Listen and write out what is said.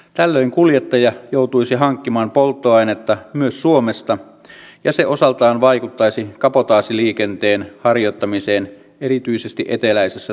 tällöin kuljettaja joutuisi hankkimaan polttoainetta myös suomesta ja se osaltaan vaikuttaisi kabotaasiliikenteen harjoittamiseen erityisesti eteläisessä suomessa